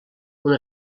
una